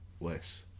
less